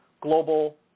Global